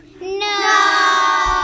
No